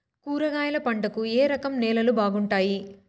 కూరగాయల పంటలకు ఏ రకం నేలలు బాగుంటాయి?